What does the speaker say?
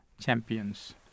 champions